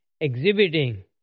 exhibiting